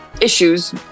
Issues